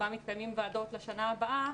בה מתקיימים ועדות לשנה הבאה,